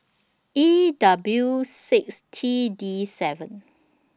E W six T D seven